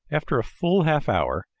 after a full half hour,